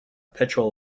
petrol